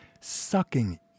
sucking